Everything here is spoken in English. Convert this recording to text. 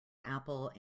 apple